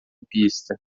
pista